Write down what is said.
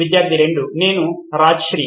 విద్యార్థి 2 నేను రాజ్శ్రీ